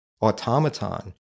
automaton